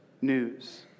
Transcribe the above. news